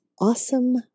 Awesome